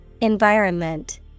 Environment